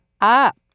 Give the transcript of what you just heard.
up